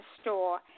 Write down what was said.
store